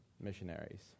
missionaries